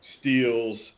steals